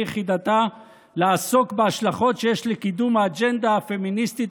יחידתה לעסוק בהשלכות שיש לקידום האג'נדה הפמיניסטית